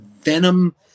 venom